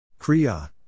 Kriya